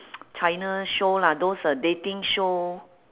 china show lah those uh dating show